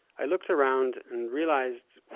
i looked around and realized